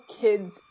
kids